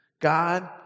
God